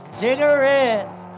cigarettes